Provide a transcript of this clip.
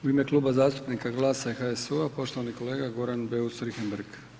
U ime Kluba zastupnika GLAS-a i HSU-a, poštovani kolega Goran Beus Richembergh.